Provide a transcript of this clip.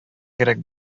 кирәк